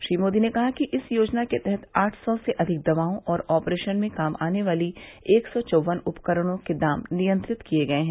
श्री मोदी ने कहा कि इस योजना के तहत आठ सौ से अधिक दवाओं और ऑपरेशन में काम आने वाले एक सौ चौवन उपकरणों के दाम नियंत्रित किये गये हैं